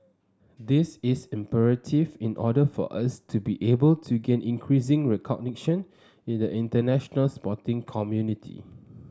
this is imperative in order for us to be able to gain increasing recognition in the international sporting community